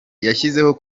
yashyizeho